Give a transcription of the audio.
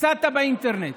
הפסדת באינטרנט.